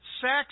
sex